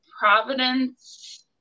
Providence